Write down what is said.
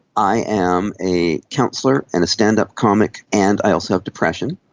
i am a counsellor and a stand-up comic, and i also have depression,